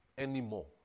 anymore